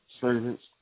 servants